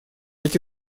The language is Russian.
эти